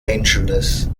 angeles